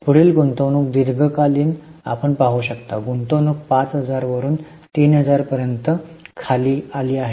पुढील गुंतवणूक दीर्घकालीन आपण पाहू शकता गुंतवणूक 5000 वरून 3000 पर्यंत खाली आली आहे